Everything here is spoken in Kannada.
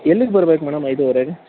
ಎಲ್ಲಿಗೆ ಬರ್ಬೇಕು ಮೇಡಮ್ ಐದುವರೆಗೆ